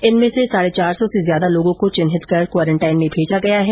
इनमें से साढे चार सौ से ज्यादा लोगों को चिन्हित कर क्वारेन्टाइन में भेजा गया है